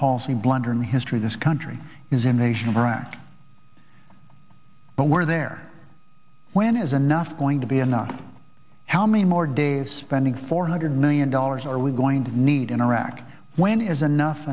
policy blunder in history this country is invasion of iraq but were there when is enough going to be enough how many more days pending four hundred million dollars are we going to need in iraq when is enough